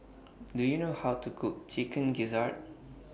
Do YOU know How to Cook Chicken Gizzard